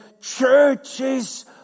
churches